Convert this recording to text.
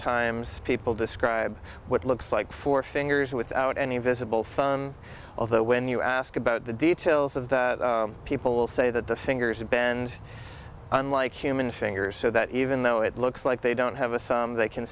sometimes people describe what looks like four fingers without any visible thumb although when you ask about the details of that people will say that the fingers bend unlike human fingers so that even though it looks like they don't have a thumb they can